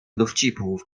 dowcipów